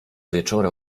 wieczora